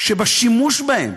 שבשימוש בהם,